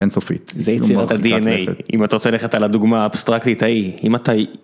אינסופית זה יצירת ה־DNA אם אתה רוצה ללכת על הדוגמה האבסטרקטית ההיא. אם אתה...